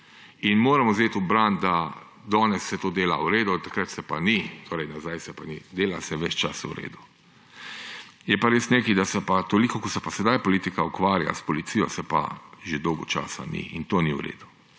In moram vzeti v bran, da danes se to dela v redu, takrat se pa ni, torej nazaj se pa ni. Dela se ves čas v redu. Je pa res nekaj, da toliko, kot se pa sedaj politika ukvarja s policijo, se pa že dolgo časa ni; in to ni v redu.